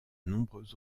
nombreux